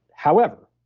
however,